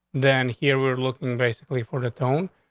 then here we're looking basically for the tone.